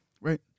Right